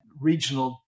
regional